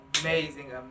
amazing